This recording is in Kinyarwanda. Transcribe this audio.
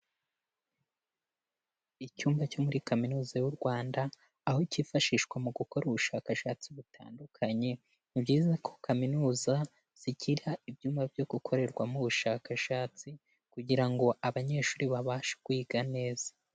Icyumba cyo muri Kaminuza y'u Rwanda, aho cyifashishwa mu gukora ubushakashatsi butandukanye, ni byiza ko Kaminuza zigira ibyumba byo gukorerwamo ubushakashatsi kugira ngo abanyeshuri babashe kwiga neza.